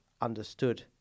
understood